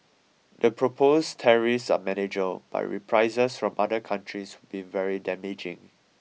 the proposed tariffs are manageable but reprisals from other countries would be very damaging